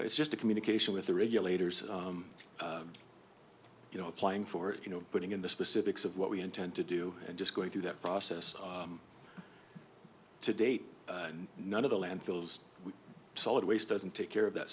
it's just a communication with the regulators you know applying for it you know putting in the specifics of what we intend to do and just going through that process to date none of the landfills solid waste doesn't take care of that